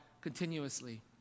continuously